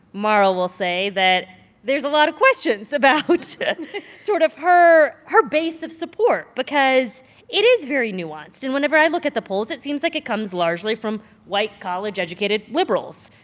mara will say that there's a lot of questions about sort of her her base of support because it is very nuanced. and whenever i look at the polls, it seems like it comes largely from white college-educated liberals.